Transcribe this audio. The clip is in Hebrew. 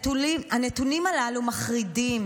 הנתונים הללו מחרידים.